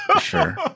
Sure